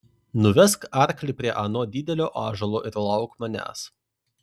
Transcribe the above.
nuvesk arklį prie ano didelio ąžuolo ir lauk manęs